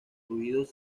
fluidos